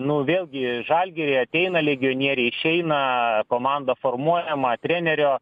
nu vėlgi žalgiriui ateina legionieriai išeina komanda formuojama trenerio